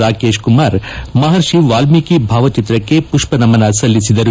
ರಾಕೇಶ್ ಕುಮಾರ್ ಮಹರ್ಷಿ ವಾಲೀಕಿ ಭಾವಚಿತ್ರಕ್ಕೆ ಪುಷ್ಪ ನಮನ ಸಲ್ಲಿಸಿದರು